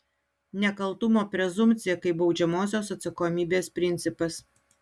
nekaltumo prezumpcija kaip baudžiamosios atsakomybės principas